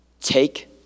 take